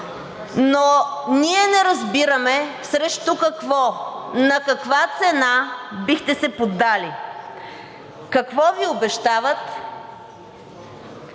но ние не разбираме срещу какво, на каква цена бихте се поддали, какво Ви обещават